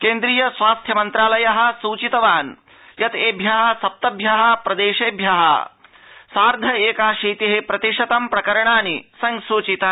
केन्द्रीय स्वास्थ्य मन्त्रालयः संसूचितवान् यत् एभ्यः सप्तभ्यः प्रदेशेभ्यः सार्ध एकाशीतिः प्रतिशतं प्रकरणानि संसूचितानि